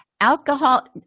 Alcohol